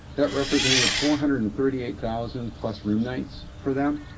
that represented four hundred and thirty eight thousand plus room nights for them.